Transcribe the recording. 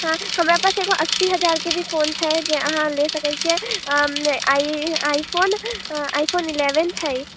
हँ हमरा पास एगो अस्सी हजारके भी फोन छै जे अहाँ ले सकैत छियै अऽ आइ iPhone iPhone eleven छै